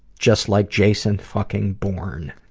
just like jason fucking bourne.